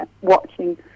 watching